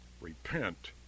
Repent